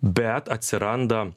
bet atsiranda